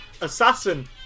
assassin